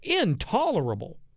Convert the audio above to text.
intolerable